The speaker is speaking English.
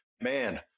man